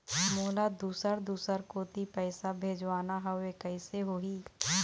मोला दुसर दूसर कोती पैसा भेजवाना हवे, कइसे होही?